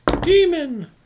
Demon